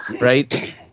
right